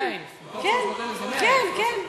אז זה 100,000. מתוך 300,000 זה 100,000. כן, כן.